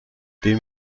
dem